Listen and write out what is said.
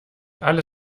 alle